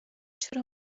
چرا